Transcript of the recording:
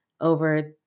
over